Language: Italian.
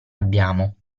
abbiamo